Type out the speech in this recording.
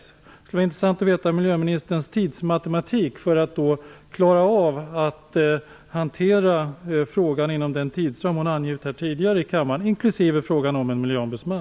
Det skulle vara intressant att få veta hur miljöministerns tidsmatematik för hantering av frågan, inom den tidsram som hon tidigare angivit här i kammaren, ser ut - också vad beträffar en miljöombudsman.